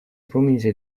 promise